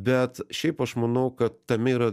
bet šiaip aš manau kad tame yra